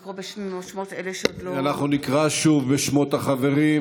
אינה נוכחת סעיד אלחרומי,